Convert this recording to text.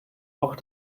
auch